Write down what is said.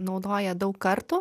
naudoja daug kartų